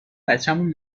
بچمون